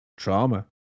Trauma